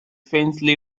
faintly